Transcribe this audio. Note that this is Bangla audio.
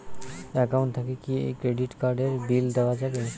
একাউন্ট থাকি কি ক্রেডিট কার্ড এর বিল দেওয়া যাবে?